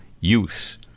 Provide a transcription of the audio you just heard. use